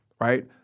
right